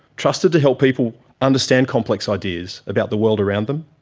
trusted to help people understand complex ideas about the world around them,